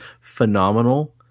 phenomenal